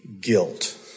guilt